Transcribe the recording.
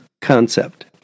concept